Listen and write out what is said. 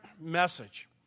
message